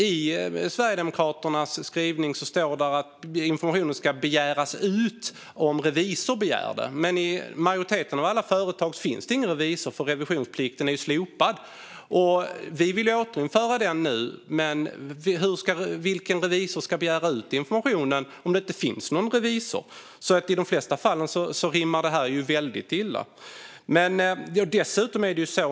I Sverigedemokraternas skrivning står det att informationen ska begäras ut om revisor begär det. Men i majoriteten av alla företag finns det ingen revisor eftersom revisionsplikten är slopad. Vi vill återinföra den nu. Men vilken revisor ska begära ut informationen om det inte finns någon revisor? I de flesta fall rimmar det väldigt illa.